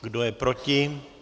Kdo je proti?